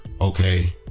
okay